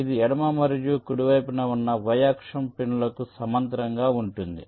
ఇది ఎడమ మరియు కుడి వైపున ఉన్న y అక్షం పిన్లకు సమాంతరంగా ఉంటుంది